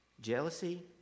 Jealousy